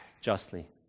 justly